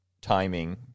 timing